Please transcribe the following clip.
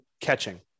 catching